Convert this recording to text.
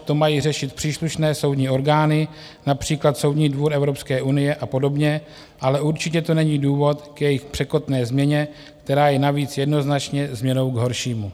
To mají řešit příslušné soudní orgány, například Soudní dvůr Evropské unie a podobně, ale určitě to není důvod k jejich překotné změně, která je navíc jednoznačně změnou k horšímu.